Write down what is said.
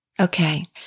Okay